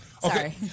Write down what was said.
Sorry